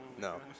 no